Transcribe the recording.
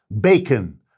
Bacon